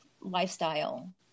lifestyle